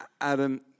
Adam